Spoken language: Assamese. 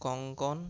কংকন